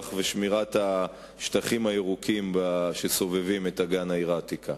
ושמירה של השטחים הירוקים שסובבים את אגן העיר העתיקה.